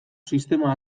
sistema